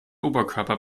oberkörper